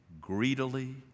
greedily